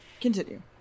continue